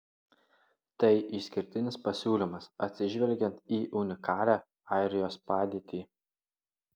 tai išskirtinis pasiūlymas atsižvelgiant į unikalią airijos padėtį